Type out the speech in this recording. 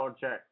check